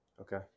okay